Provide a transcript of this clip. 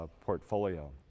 portfolio